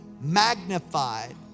magnified